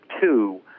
two